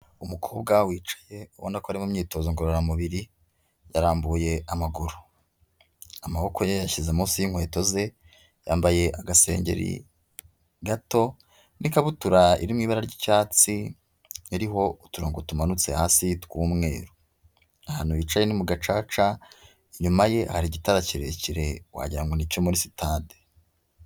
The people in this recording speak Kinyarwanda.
Umukobwa wicaye ubona ko ari mu imyitozo ngororamubiri yarambuye amaguru, amaboko ye yayashyize munsi yinkweto ze yambaye agasengeri gato n'ikabutura iri mu ibara ry'icyatsi iriho uturongo tumanutse hasi tw'umweru, ahantu yicaye ni mu gacaca inyuma ye hari igitara kirekire wagira ngo ni icyo muri sitade.